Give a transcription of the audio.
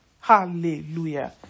Hallelujah